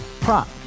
prop